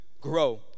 grow